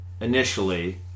initially